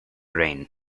rain